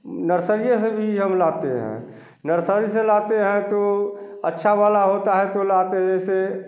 nursery से भी हम लाते हैं नर्सरी से लाते हैं तो अच्छा वाला होता है तो लाते है जैसे